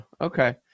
okay